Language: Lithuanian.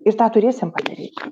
ir tą turėsim padaryti